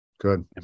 Good